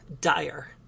dire